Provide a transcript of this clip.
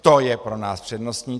To je pro nás přednostní.